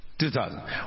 2000